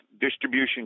distribution